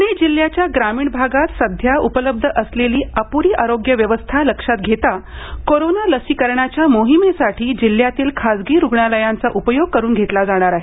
पूणे जिल्ह्याच्या ग्रामीण भागात सध्या उपलब्ध असलेली अपूरी आरोग्य व्यवस्था लक्षात घेता कोरोना लसीकरणाच्या मोहिमेसाठी जिल्ह्यातील खासगी रुग्णालयांचा उपयोग करून घेतला जाणार आहे